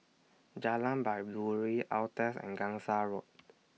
Jalan Baiduri Altez and Gangsa Road